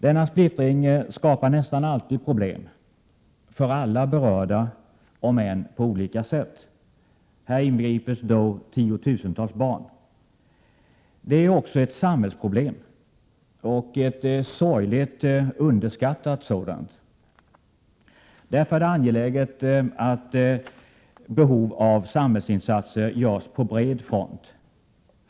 Denna splittring skapar nästan alltid problem för alla berörda om än på olika sätt. Häri inbegrips då tiotusentals barn. Detta är också ett samhällsproblem och ett sorgligt underskattat sådant. Därför är det ett angeläget behov att samhällsinsatser görs på bred front.